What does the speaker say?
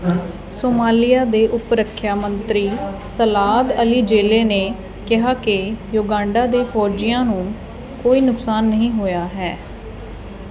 Somalia ਦੇ ਉਪ ਰੱਖਿਆ ਮੰਤਰੀ ਸਲਾਦ ਅਲੀ ਜੇਲੇ ਨੇ ਕਿਹਾ ਕਿ ਯੂਗਾਂਡਾ ਦੇ ਫੌਜੀਆਂ ਨੂੰ ਕੋਈ ਨੁਕਸਾਨ ਨਹੀਂ ਹੋਇਆ ਹੈ